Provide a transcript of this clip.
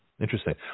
Interesting